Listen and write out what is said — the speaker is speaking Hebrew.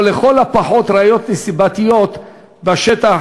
או לכל הפחות ראיות נסיבתיות בשטח,